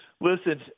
Listen